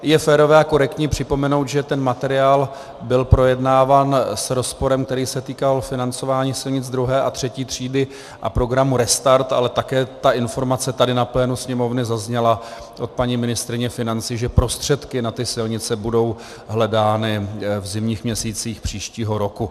Je férové a korektní připomenout, že materiál byl projednáván s rozporem, který se týkal financování silnic II. a III. třídy a programu Restart, ale také ta informace tady na plénu Sněmovny zazněla od paní ministryně financí, že prostředky na ty silnice budou hledány v zimních měsících příštího roku.